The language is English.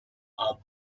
are